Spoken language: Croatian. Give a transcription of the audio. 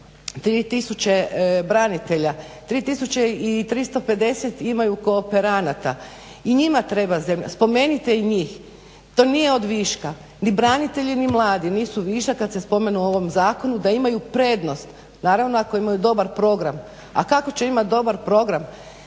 tisuće branitelja, 3350 imaju kooperanata. I njima treba zemlja, spomenite i njih to nije od viška. Ni branitelji ni mladi nisu višak kad se spomenu u ovom zakonu, da imaju prednost, naravno ako imaju dobar program. A kako će imati dobar program,